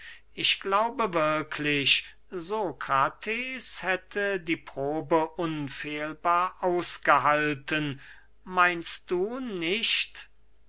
ich glaube wirklich sokrates hätte die probe unfehlbar ausgehalten meinst du nicht